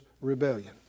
rebellion